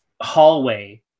hallway